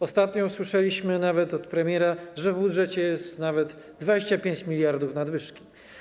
Ostatnio usłyszeliśmy nawet od premiera, że w budżecie jest 25 mld zł nadwyżki.